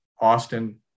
Austin